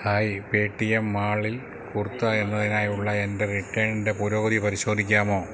hi Paytm മാളിൽ കുർത്ത എന്നതിനായുള്ള എൻ്റെ റിട്ടേണിൻ്റെ പുരോഗതി പരിശോധിക്കാമോ